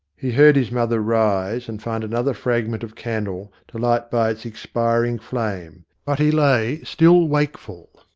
he heard his mother rise and find another fragment of candle to light by its expiring flame, but he lay still wakeful.